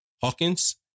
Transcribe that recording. Hawkins